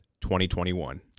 2021